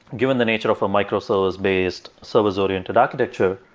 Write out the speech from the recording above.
given the nature of a micro-service-based service oriented architecture,